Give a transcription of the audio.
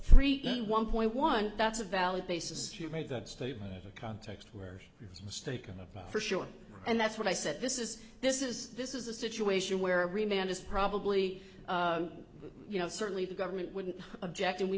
three the one point one that's a valid basis to make that statement a context where mistaken for sure and that's what i said this is this is this is a situation where every man is probably you know certainly the government wouldn't object and we